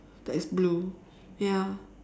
that is blue ya